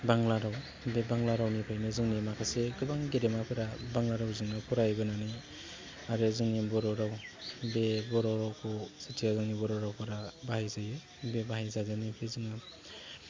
बांग्ला राव बे बांग्ला रावनिफ्रायनो जोंनि माखासे गोबां गेदेमाफोरा बांग्ला रावजोंनो फरायबोनानै आरो जोंनि बर' राव बे बर' रावखौ जेथिया जोंनि बर'फोरा बाहायजायो बे बाहाय जाजेन्नायनिफ्राय जोङो